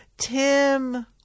Tim